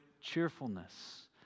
cheerfulness